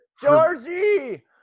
Georgie